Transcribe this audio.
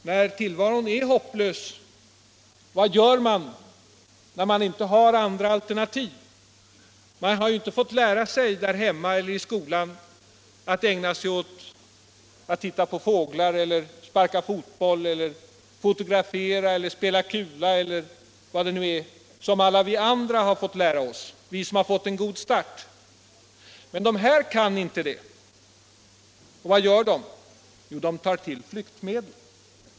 När tillvaron är hopplös, vad gör man då, om man inte har några alternativ? Man har ju inte fått lära sig där hemma eller i skolan att ägna sig åt att titta på fåglar, sparka fotboll, fotografera, spela kula eller vad det nu är som alla vi andra har fått lära oss, vi som har fått en god start. De här barnen kan inte det, och vad gör de? De tar till flyktmedel.